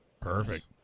perfect